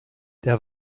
der